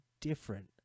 different